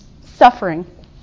suffering